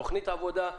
תוכנית עבודה,